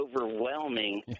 overwhelming